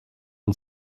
und